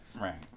Right